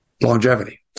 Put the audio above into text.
longevity